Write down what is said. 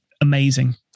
amazing